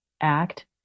act